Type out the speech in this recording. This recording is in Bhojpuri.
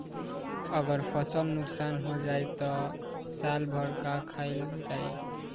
अगर फसल नुकसान हो जाई त साल भर का खाईल जाई